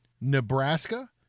Nebraska